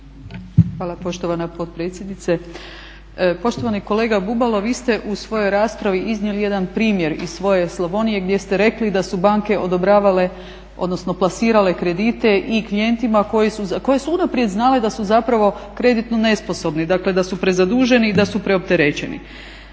Hvala poštovana potpredsjednice. Poštovani kolega Bubalo vi ste u svojoj raspravi iznijeli jedan primjer iz svoje Slavonije gdje ste rekli da su banke odobravale odnosno plasirale kredite i klijentima za koje su unaprijed znali da su zapravo kreditno nesposobni, dakle da su prezaduženi i da su preopterećeni.